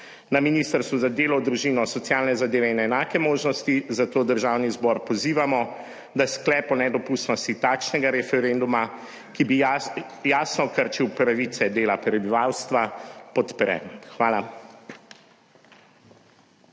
Na Ministrstvu za delo, družino, socialne zadeve in enake možnosti, zato Državni zbor pozivamo, da sklep o nedopustnosti takšnega referenduma, ki bi jasno krčil pravice dela prebivalstva, podpre. Hvala.